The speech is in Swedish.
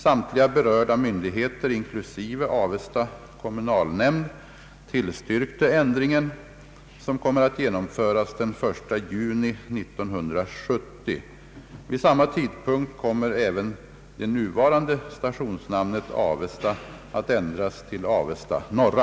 Samtliga berörda myndigheter inklusive Avesta kommunalnämnd tillstyrkte ändringen, som kommer att genomföras den 1 juni 1970. Vid samma tidpunkt kommer även det nuvarande stationsnamnet Avesta att ändras till Avesta norra.